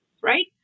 right